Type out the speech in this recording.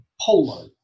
polo